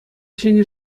ҫӗнӗ